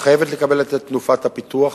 חייבת לקבל את תנופת הפיתוח,